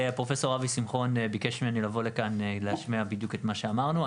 פרופ' אבי שמחון ביקש ממני לבוא לכאן ולהשמיע בדיוק את מה שאמרנו.